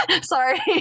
sorry